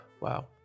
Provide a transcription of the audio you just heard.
Wow